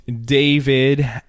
David